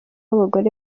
abagore